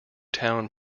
town